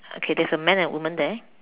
okay there is a man and a woman there